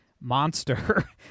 monster